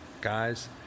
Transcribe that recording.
guys